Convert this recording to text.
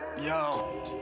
Yo